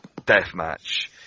deathmatch